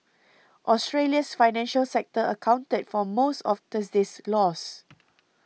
Australia's financial sector accounted for most of Thursday's loss